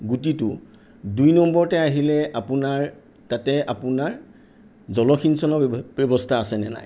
গুটিটো দুই নম্বৰতে আহিলে আপোনাৰ তাতে আপোনাৰ জলসিঞ্চনৰ ব্যৱ ব্যৱস্থা আছেনে নাই